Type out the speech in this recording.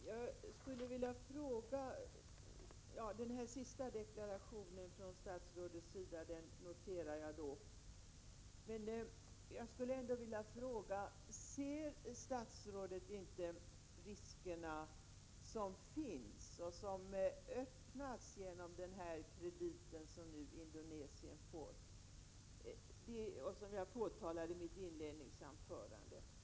Herr talman! Jag noterar den här senaste deklarationen från statsrådets sida, men jag skulle ändå vilja fråga: Ser statsrådet de risker som öppnats genom den kredit som Indonesien nu får och som jag påtalade i mitt inledningsanförande?